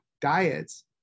diets